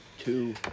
two